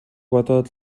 бодоод